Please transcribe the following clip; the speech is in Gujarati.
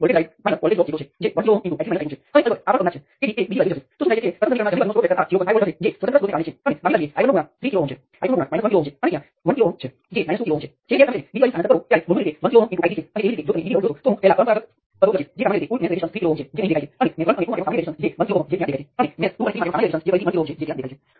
રેઝિસ્ટન્સ પોઝિટિવ હોય તો આ રેઝિસ્ટન્સ પણ પોઝિટિવ હશે નહિંતર જો તેમાં કંટ્રોલ સોર્સ પણ હોય તો તે નેગેટિવ હોઈ શકે છે